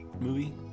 movie